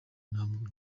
ntabwo